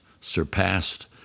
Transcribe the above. surpassed